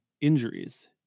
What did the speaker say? injuries